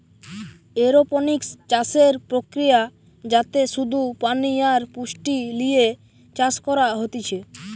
aeroponics চাষের প্রক্রিয়া যাতে শুধু পানি আর পুষ্টি লিয়ে চাষ করা হতিছে